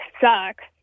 sucks